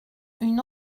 une